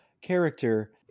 character